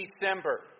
December